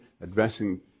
addressing